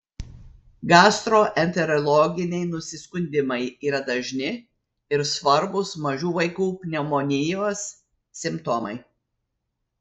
gastroenterologiniai nusiskundimai yra dažni ir svarbūs mažų vaikų pneumonijos simptomai